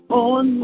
on